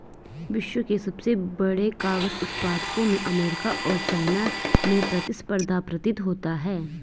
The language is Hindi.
विश्व के सबसे बड़े कागज उत्पादकों में अमेरिका और चाइना में प्रतिस्पर्धा प्रतीत होता है